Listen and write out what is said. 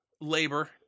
labor